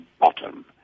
bottom